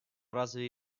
разве